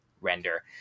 render